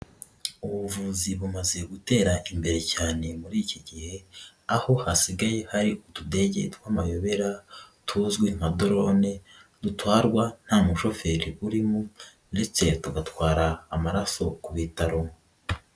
Ubu buvuzi bumaze gutera imbere cyane muri iki gihe, aho hasigaye hari utudege tw'amayobera tuzwi nka dorone dutwarwa nta mushoferi urimo ndetse tugatwara amaraso ku bitaro.